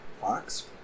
Fox